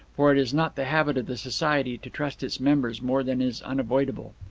for it is not the habit of the society to trust its members more than is unavoidable.